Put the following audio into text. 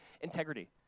integrity